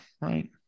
right